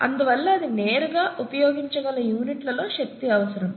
అందువల్ల అది నేరుగా ఉపయోగించగల యూనిట్లలో శక్తి అవసరం